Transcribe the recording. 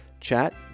chat